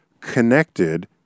connected